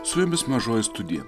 su jumis mažoji studija